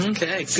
Okay